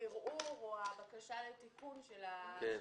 הערעור או הבקשה לטיפול של הנישום.